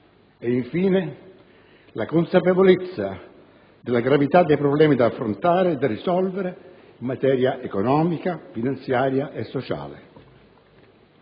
e, infine, la consapevolezza della gravità dei problemi da affrontare e da risolvere in materia economica, finanziaria e sociale.